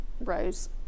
rose